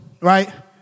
right